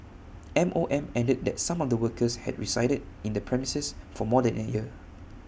M O M added that some of the workers had resided in the premises for more than A year